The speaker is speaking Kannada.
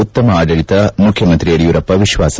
ಉತ್ತಮ ಆಡಳಿತ ಮುಖ್ರಮಂತ್ರಿ ಯಡಿಯೂರಪ್ಪ ವಿಶ್ವಾಸ